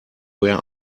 where